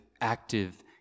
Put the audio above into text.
active